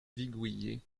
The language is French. viguier